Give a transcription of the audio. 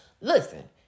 listen